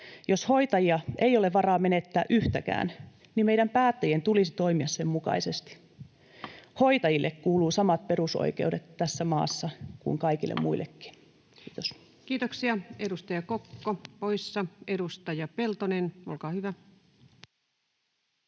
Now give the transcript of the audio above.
Jos hoitajia ei ole varaa menettää yhtäkään, niin meidän päättäjien tulisi toimia sen mukaisesti. Hoitajille kuuluu samat perusoikeudet tässä maassa kuin kaikille muillekin. — Kiitos. [Speech